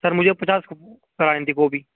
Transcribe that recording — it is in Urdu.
سر مجھے پچاس کرانی تھی کاپی